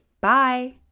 Bye